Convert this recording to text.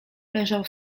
leżał